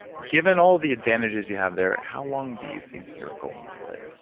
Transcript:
given all the advantages you have there, how long do you think you're going to live?